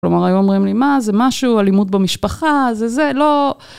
כלומר, היו אומרים לי, מה, זה משהו, אלימות במשפחה, זה, זה, לא...